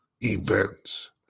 events